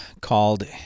called